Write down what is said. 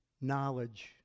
Knowledge